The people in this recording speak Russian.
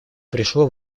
пришло